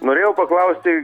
norėjau paklausti